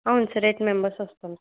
అవును sir eight members వస్తాం